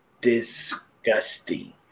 disgusting